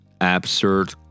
absurd